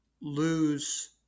lose